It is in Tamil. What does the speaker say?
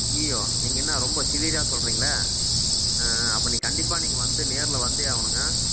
அய்யய்யோ நீங்க என்ன ரொம்ப சிவியராக சொல்றீங்களே அப்போ நீங்கள் கண்டிப்பாக நீங்கள் வந்து நேரில் வந்தே ஆகணுங்க